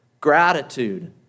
gratitude